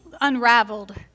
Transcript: unraveled